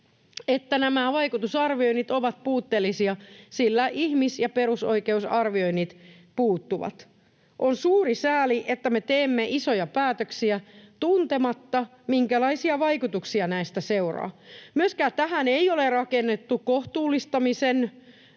että nämä vaikutusarvioinnit ovat puutteellisia, sillä ihmis- ja perusoikeusarvioinnit puuttuvat. On suuri sääli, että me teemme isoja päätöksiä tuntematta, minkälaisia vaikutuksia näistä seuraa. Myöskään tähän ei ole rakennettu kohtuullistamisen